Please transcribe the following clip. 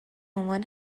عنوان